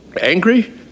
angry